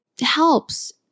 helps